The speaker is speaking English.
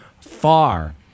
far